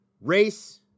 Race